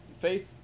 faith